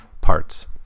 parts